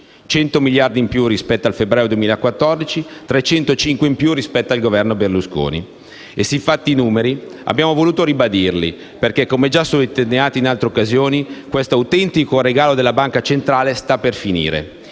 100 miliardi di euro in più rispetto al febbraio 2014, 305 in più rispetto al Governo Berlusconi. Siffatti numeri abbiamo voluto ribadirli perché, come già sottolineato in altre occasioni, questo autentico regalo della Banca centrale sta per finire.